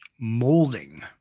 molding